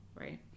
right